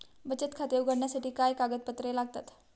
बचत खाते उघडण्यासाठी काय कागदपत्रे लागतात?